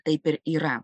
taip ir yra